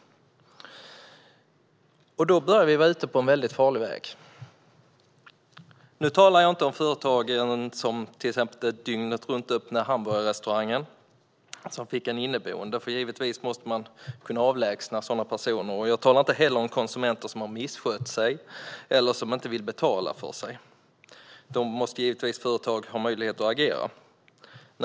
Då börjar vi vara ute på en väldigt farlig väg. Nu talar jag inte om företag som till exempel den dygnetruntöppna hamburgerrestaurangen som fick en inneboende. Givetvis måste man kunna avlägsna sådana personer. Jag talar heller inte om konsumenter som har misskött sig eller som inte vill betala för sig. Då måste givetvis företag ha möjlighet att agera.